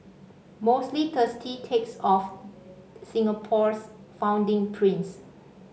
mostly thirsty takes of Singapore's founding prince